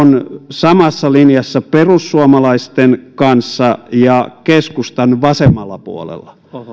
samassa linjassa perussuomalaisten kanssa ja keskustan vasemmalla puolella